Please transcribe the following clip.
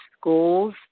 schools